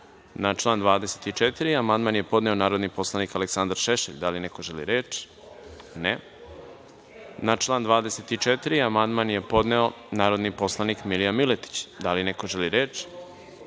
član 24. amandman je podneo narodni poslanik Aleksandar Šešelj. Da li neko želi reč? (Ne.)Na član 24. amandman je podneo narodni poslanik Milija Miletić. Da li neko želi reč?